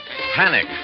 Panic